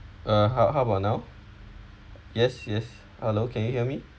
uh how how about now yes yes hello can you hear me